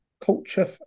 Culture